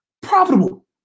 profitable